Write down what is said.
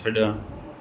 छड॒णु